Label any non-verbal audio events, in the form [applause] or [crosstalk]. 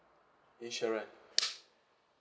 insurance [noise]